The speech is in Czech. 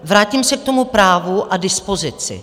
Vrátím se k tomu právu a dispozici.